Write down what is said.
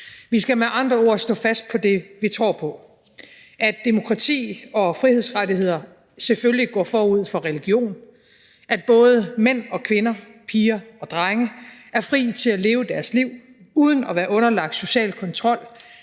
Vi skal med andre ord stå fast på det, vi tror på: at demokrati og menneskerettigheder selvfølgelig går forud for religion; at både mænd og kvinder, piger og drenge er fri til at leve deres liv uden at være underlagt social kontrol